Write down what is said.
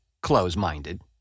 close-minded